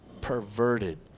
perverted